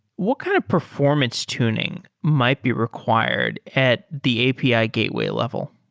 what kind of performance tuning might be required at the api ah gateway level?